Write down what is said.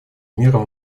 мерам